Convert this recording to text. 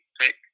pick